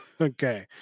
Okay